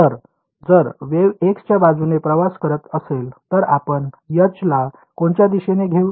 तर जर wave x च्या बाजूने प्रवास करत असेल तर आपण H ला कोणत्या दिशेने घेऊ